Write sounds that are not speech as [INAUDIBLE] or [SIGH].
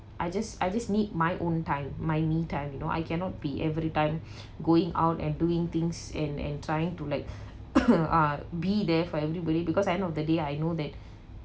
I just I just need my own time my me time you know I cannot be everytime going out and doing things and and trying to like [COUGHS] uh be there for everybody because end of the day I know that